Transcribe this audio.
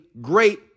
great